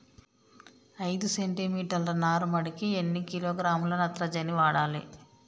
ఐదు సెంటిమీటర్ల నారుమడికి ఎన్ని కిలోగ్రాముల నత్రజని వాడాలి?